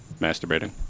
Masturbating